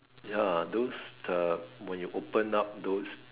ya those the when you open up those